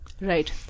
Right